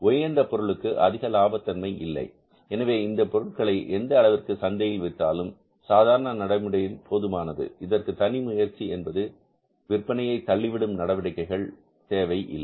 Y என்ற பொருளுக்கு அதிக லாப தன்மை இல்லை எனவே இந்த பொருட்களை எந்த அளவிற்கு சந்தையில் விற்றாலும் சாதாரண நடைமுறையில் போதுமானது இதற்கு தனி முயற்சி என்பது விற்பனையை தள்ளிவிடும் நடவடிக்கைகள் தேவை இல்லை